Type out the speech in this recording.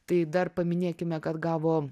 tai dar paminėkime kad gavo